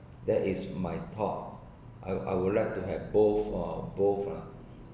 that is my thought I I would like to have both of both lah